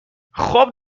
خوب